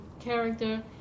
character